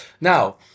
Now